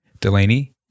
Delaney